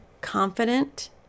confident